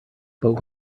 but